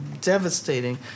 devastating